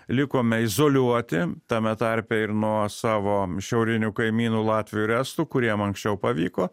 likome izoliuoti tame tarpe ir nuo savo šiaurinių kaimynų latvių ir estų kuriem anksčiau pavyko